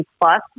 plus